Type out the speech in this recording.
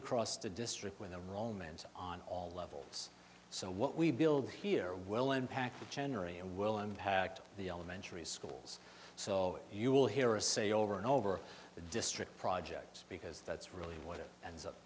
across the district with a romance on all levels so what we build here will impact the generally and will impact the elementary schools so you will hear a say over and over the district project because that's really what it ends up